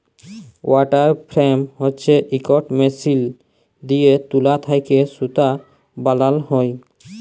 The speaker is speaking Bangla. ওয়াটার ফ্রেম হছে ইকট মেশিল দিঁয়ে তুলা থ্যাকে সুতা বালাল হ্যয়